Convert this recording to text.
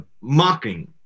mocking